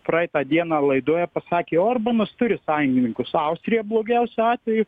praeitą dieną laidoje pasakė orbanas turi sąjungininkus austriją blogiausiu atveju